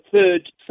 third